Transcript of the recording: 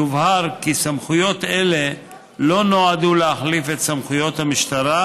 יובהר כי סמכויות אלה לא נועדו להחליף את סמכויות המשטרה,